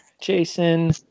Jason